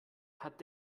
hat